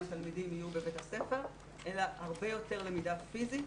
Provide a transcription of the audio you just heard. התלמידים יהיו בביתה ספר אלא הרבה יותר למידה פיזית,